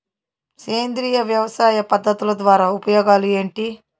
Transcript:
సేంద్రియ వ్యవసాయ పద్ధతుల ద్వారా ఉపయోగాలు ఏంటి?